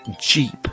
Jeep